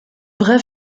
vraie